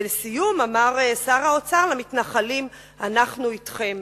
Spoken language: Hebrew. ולסיום אמר שר האוצר למתנחלים: אנחנו אתכם.